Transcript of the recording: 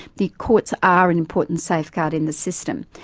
the courts are an important safeguard in the system.